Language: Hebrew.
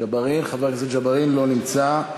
לא נמצא.